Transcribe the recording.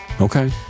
Okay